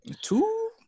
Two